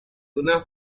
una